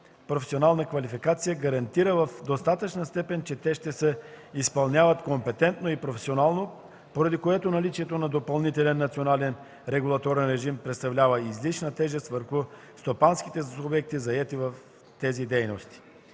професионална квалификация гарантира в достатъчна степен, че те ще се изпълняват компетентно и професионално, поради което наличието на допълнителен национален регулаторен режим представлява излишна тежест върху стопанските субекти, заети в тези дейности.